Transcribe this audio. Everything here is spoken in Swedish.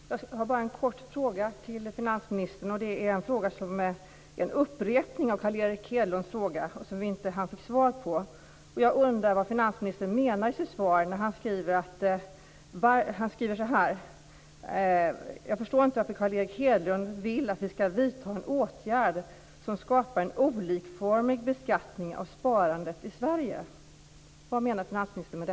Fru talman! Jag har bara en kort fråga till finansministern. Det är en upprepning av Carl Erik Hedlunds fråga som han inte fick svar på. Jag undrar vad finansministern menar i sitt svar när han skriver att han inte förstår varför Carl Erik Hedlund vill att vi skall vidta en åtgärd som skapar en olikformig beskattning av sparandet i Sverige.